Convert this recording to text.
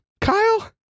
Kyle